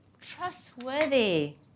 trustworthy